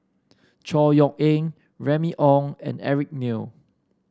Chor Yeok Eng Remy Ong and Eric Neo